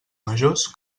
majors